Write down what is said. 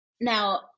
Now